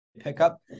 pickup